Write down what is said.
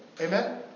Amen